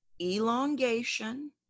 elongation